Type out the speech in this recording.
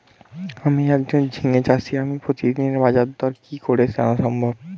আমি একজন ঝিঙে চাষী আমি প্রতিদিনের বাজারদর কি করে জানা সম্ভব?